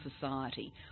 society